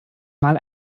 mal